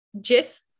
jiff